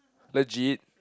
Legit